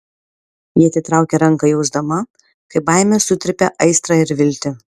ji atitraukė ranką jausdama kaip baimė sutrypia aistrą ir viltį